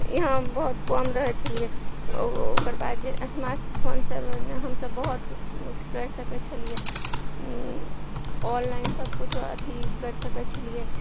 इहाँ हम बहुत कम रहय छलियै ओकर बाद जे स्मार्ट फोनसँ हमसब बहुत किछु करि सकय छलियै ऑनलाइन सब किछु अथी करि सकय छलियै